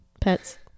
pets